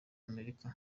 amerika